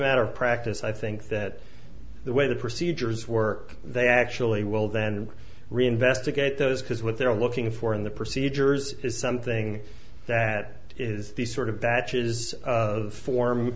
matter of practice i think that the way the procedures work they actually will then reinvestigate those because what they're looking for in the procedures is something that is sort of batches of form